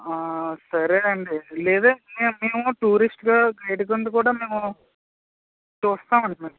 సరేనండి లేదా నేను మేము టూరిస్ట్ గైడ్ కింద కూడా మేము చూస్తాము అండి మేము